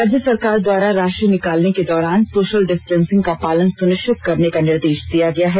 राज्य सरकार द्वारा राशि निकालने के दौरान सोशल डिस्टेंसिंग का पालन सुनिश्चित करने का निर्देष दिया गया है